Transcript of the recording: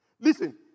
Listen